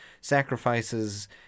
sacrifices